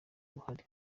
uruhara